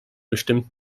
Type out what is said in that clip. bestimmt